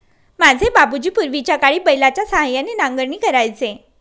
माझे बाबूजी पूर्वीच्याकाळी बैलाच्या सहाय्याने नांगरणी करायचे